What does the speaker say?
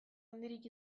handirik